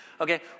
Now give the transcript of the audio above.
okay